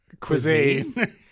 cuisine